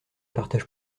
partage